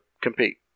compete